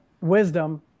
wisdom